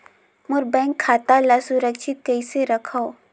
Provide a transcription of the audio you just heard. मोर bank खाता ला सुरक्षित कइसे रखव?